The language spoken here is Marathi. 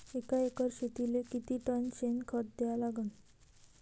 एका एकर शेतीले किती टन शेन खत द्या लागन?